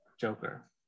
Joker